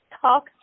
talk